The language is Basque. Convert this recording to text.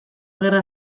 gerra